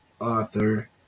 author